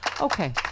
Okay